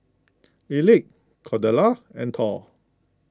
Elick Cordella and Thor